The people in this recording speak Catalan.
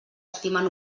estimen